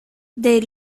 they